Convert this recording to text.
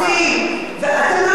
אתם לא אוהבים לשמוע את זה,